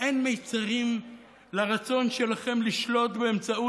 אין מיצרים לרצון שלכם לשלוט באמצעות